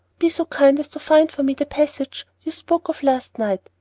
be so kind as to find for me the passage you spoke of last night.